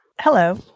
Hello